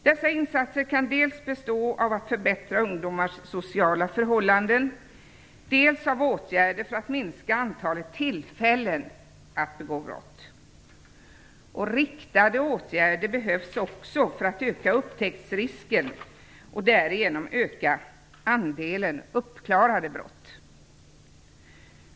Dessa insatser kan dels bestå av att förbättra ungdomars sociala förhållanden, dels av åtgärder för att minska antalet tillfällen att begå brott. Riktade åtgärder behövs också för att öka upptäcktsrisken och därigenom för att öka andelen uppklarade brott.